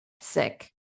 sick